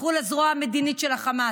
הפכו לזרוע המדינית של החמאס.